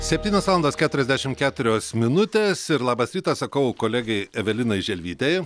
septynios valandos keturiasdešim keturios minutės ir labas rytas sakau kolegei evelinai želvytei